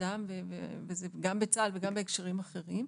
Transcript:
וזה גם בצה"ל וגם בהקשרים אחרים,